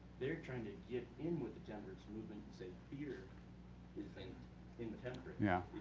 they're trying to get in with the temperance movement and say beer is in in the temperance. yeah,